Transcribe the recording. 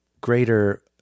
greater